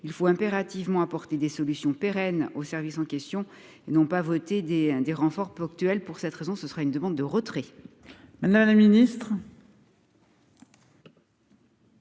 il faut impérativement apporter des solutions pérennes au service en question n'ont pas voté des hein des renforts ponctuels pour cette raison, ce sera une demande de retrait.